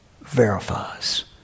verifies